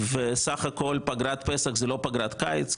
בסה"כ פגרת פסח היא לא פגרת קיץ,